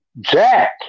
Jack